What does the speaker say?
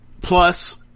plus